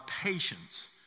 patience